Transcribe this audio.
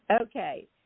Okay